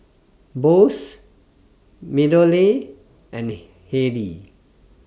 Bose Meadowlea and Haylee